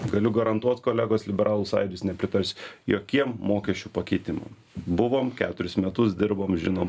galiu garantuot kolegos liberalų sąjūdis nepritars jokiem mokesčių pakeitimam buvom keturis metus dirbom žinom